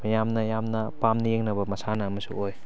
ꯃꯤꯌꯥꯝꯅ ꯌꯥꯝꯅ ꯄꯥꯝꯅ ꯌꯦꯡꯅꯕ ꯃꯁꯥꯟꯅ ꯑꯃꯁꯨ ꯑꯣꯏ